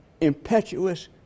impetuous